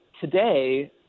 today